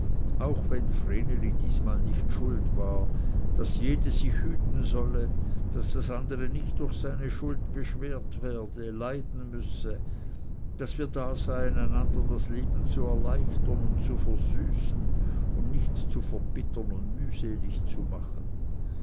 auch wenn vreneli diesmal nicht schuld war daß jedes sich hüten solle daß das andere nicht durch seine schuld beschwert werde leiden müsse daß wir daseien einander das leben zu erleichtern und zu versüßen und nicht zu verbittern und mühselig zu machen